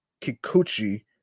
Kikuchi